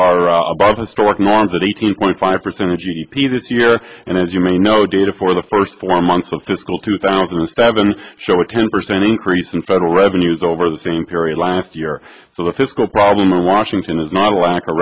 are above historic norms at eighteen point five percent of g d p this year and as you may know data for the first four months of fiscal two thousand and seven show a ten percent increase in federal revenues over the same period last year so the fiscal problem in washington is not a lack of